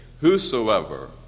Whosoever